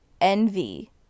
envy